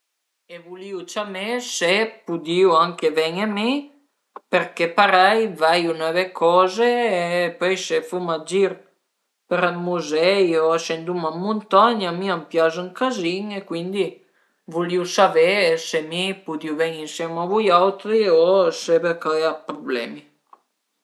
La mia aventüra pi recente al e staita andé 'na zmana ën Romagna a Cesanatico cun ün gruppo d'amis e al e propi piazüme, al a entüziazmame përché suma andait a vëddi dë coze che l'avìu mai mai vist prima e cuindi al e propi piazüme andé li